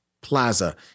plaza